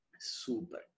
super